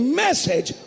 message